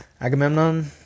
Agamemnon